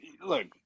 Look